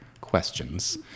questions